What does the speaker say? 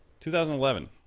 2011